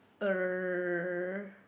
uh